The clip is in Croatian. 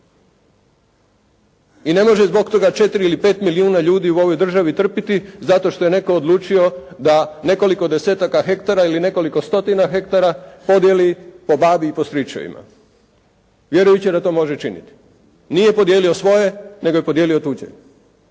I ne može zbog toga četiri ili pet milijuna ljudi u ovoj državi trpiti zato što je netko odlučio da nekoliko desetaka hektara ili nekoliko stotina hektara podijeli po babi i po stričevima, vjerujući da to može činiti. Nije podijelio svoje nego je podijelio tuđe.